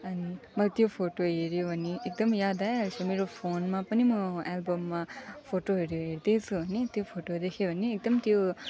अनि मैले त्यो फोटो हेर्यो भने एकदम याद आइहाल्छ मेरो फोनमा पनि म एल्बममा फोटोहरू हेर्दैछु भने त्यो फोटो देखेँ भने एकदम त्यो